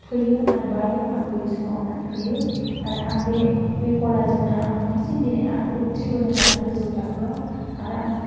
फैयो आरो बायो आंबो बिसोरखौ अननानै होयो आरो आं बे बे गलाजोंनो आं माखासे दिनै आं उथ्रिबोनो हादों गोजौ थाखोआव आरो आं